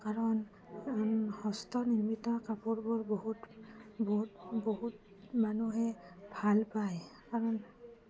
কাৰণ হস্ত নিৰ্মিত কাপোৰবোৰ বহুত বহুত বহুত মানুহে ভালপায় কাৰণ